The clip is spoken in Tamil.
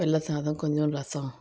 வெள்ளை சாதம் கொஞ்சோன்டு ரசம்